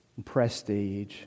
prestige